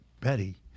Betty